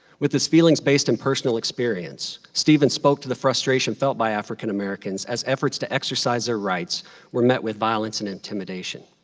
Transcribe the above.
with his feelings based in personal experience, stevens spoke to the frustration felt by african americans as efforts to exercise their rights were met with violence and intimidation.